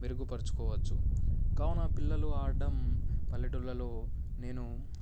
మెరుగుపరుచుకోవచ్చు కావున పిల్లలు ఆడడం పల్లెటూళ్ళలో నేను